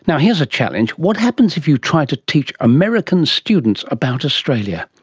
now, here's a challenge what happens if you try to teach american students about australia?